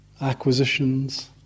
acquisitions